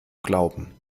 glauben